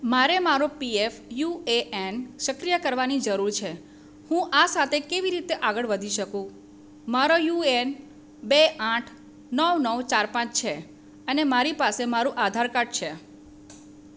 મારે મારો PF U A N સક્રિય કરવાની જરૂર છે હું આ સાથે કેવી રીતે આગળ વધી શકું મારો યુએએન બે આઠ નવ નવ ચાર પાંચ છે અને મારી પાસે મારું આધાર કાર્ડ છે